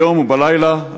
ביום ובלילה,